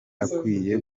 akwiye